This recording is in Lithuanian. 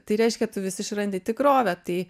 tai reiškia tu vis išrandi tikrovę tai